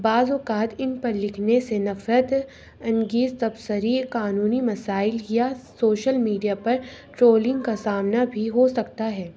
بعض اوقات ان پر لکھنے سے نفرت انگیز تبصرہ قانونی مسائل یا سوشل میڈیا پر ٹرولنگ کا سامنا بھی ہو سکتا ہے